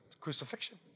Crucifixion